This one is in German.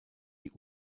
die